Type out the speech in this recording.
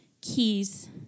keys